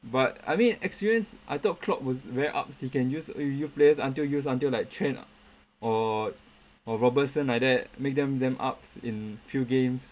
but I mean experience I thought klopp was very ups he can use youth players until use until like trent or or robertson like that make them damn ups in few games